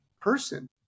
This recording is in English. person